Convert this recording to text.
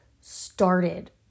started